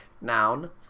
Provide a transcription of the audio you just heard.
noun